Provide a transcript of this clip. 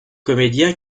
comédien